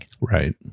right